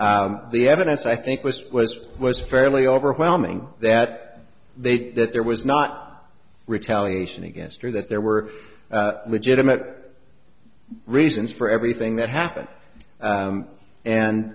carefully the evidence i think was was was fairly overwhelming that they that there was not retaliation against or that there were legitimate reasons for everything that happened